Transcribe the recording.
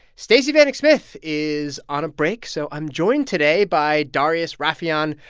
stacey vanek smith is on a break, so i'm joined today by darius rafieyan,